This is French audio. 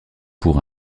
pour